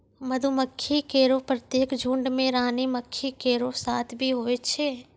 मधुमक्खी केरो प्रत्येक झुंड में रानी मक्खी केरो साथ भी होय छै